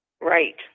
Right